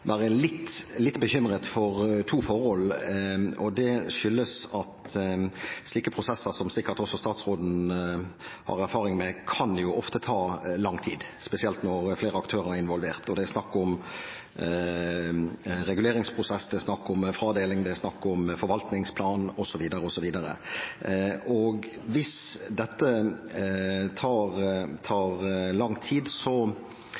litt bekymret for to forhold. Det skyldes at slike prosesser, som sikkert også statsråden har erfaring med, ofte kan ta lang tid, spesielt når flere aktører er involvert. Og det er snakk om reguleringsprosess, det er snakk om fradeling, det er snakk om forvaltningsplan, osv. Hvis dette tar lang tid,